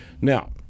Now